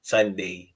Sunday